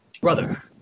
Brother